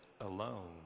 alone